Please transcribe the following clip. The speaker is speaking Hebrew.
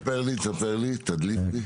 ספר לי, ספר לי, תדליק אותי.